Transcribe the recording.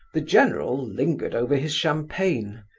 the general lingered over his champagne,